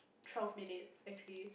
twelve minutes actually